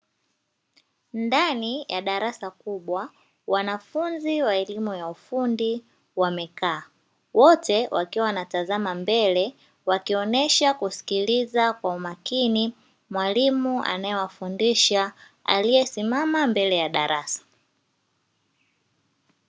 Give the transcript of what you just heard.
Ndani ya darasa kubwa wanafunzi wa elimu ya ufundi wamekaa wote wakiwa wanatazama mbele, wakionesha kusikiliza kwa umakini mwalimu anaewafundisha aliesimama mbele ya darasa.